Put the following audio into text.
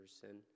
person